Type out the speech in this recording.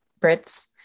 Brits